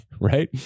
Right